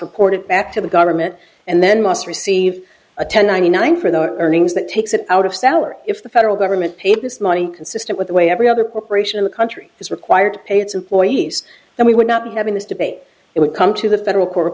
report back to the government and then must receive a ten ninety nine for their earnings that takes it out of salary if the federal government paid this money consistent with the way every other profession in the country is required to pay its employees and we would not be having this debate it would come to the federal court